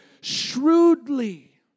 shrewdly